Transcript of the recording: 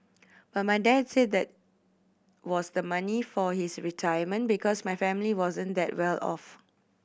but my dad said that was the money for his retirement because my family wasn't that well off